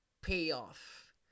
payoff